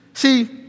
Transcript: See